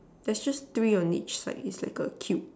there's just three on each side its like a cube